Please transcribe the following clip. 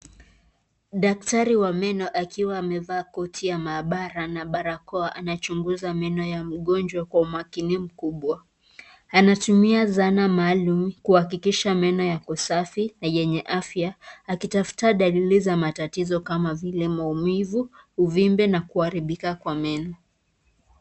Daktari wa meno akiwa amevaa koti ya mahabara na barakoa anachunguza meno ya mgonjwa kwa umakini mkubwa. Anatumia zana maalum kuhakikisha meno yako safi, na yenye afya akitafuta dalili za matatizo kama vile maumivu, uvimbe na kuharibika kwa meno.